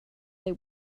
they